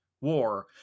war